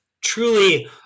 truly